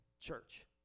church